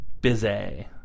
busy